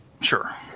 Sure